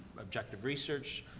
objective research.